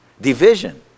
Division